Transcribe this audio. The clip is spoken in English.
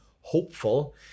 hopeful